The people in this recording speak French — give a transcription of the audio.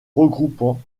regroupant